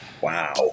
wow